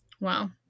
Wow